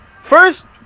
First